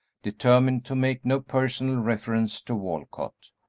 determined to make no personal reference to walcott.